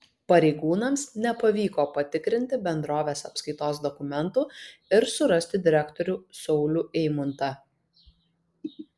pareigūnams nepavyko patikrinti bendrovės apskaitos dokumentų ir surasti direktorių saulių eimuntą